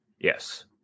Yes